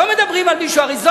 הרי זה